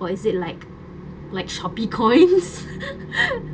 or is it like like shopee coins